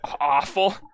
awful